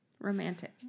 Romantic